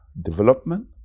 development